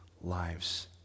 lives